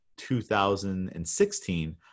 2016